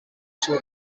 sur